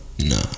no